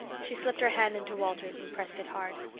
she slipped her hand into walter's and pressed it hard.